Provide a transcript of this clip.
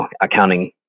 accounting